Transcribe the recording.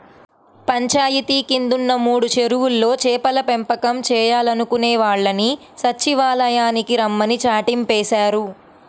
పంచాయితీ కిందున్న మూడు చెరువుల్లో చేపల పెంపకం చేయాలనుకునే వాళ్ళని సచ్చివాలయానికి రమ్మని చాటింపేశారు